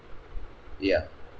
ya